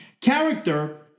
Character